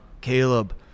Caleb